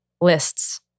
lists